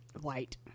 White